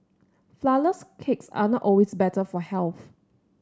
flourless cakes are not always better for health